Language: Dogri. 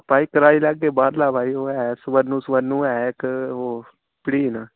भाई कराई लैगे बाह्रला भाई ओह् ऐ स्वरणु स्वरणु ऐ इक ओह् पढ़ीन